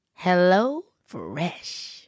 HelloFresh